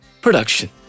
production